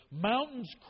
Mountains